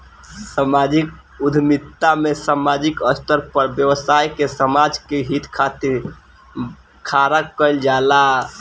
सामाजिक उद्यमिता में सामाजिक स्तर पर व्यवसाय के समाज के हित खातिर खड़ा कईल जाला